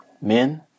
Men